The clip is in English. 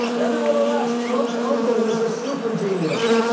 everyone relax. trump's uncle was a super genius.